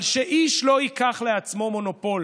אבל שאיש לא ייקח לעצמו מונופול